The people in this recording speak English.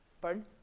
Pardon